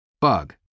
bug